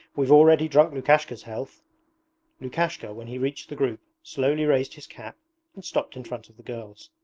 we've already drunk lukashka's health lukashka, when he reached the group, slowly raised his cap and stopped in front of the girls.